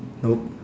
no